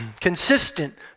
Consistent